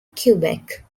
quebec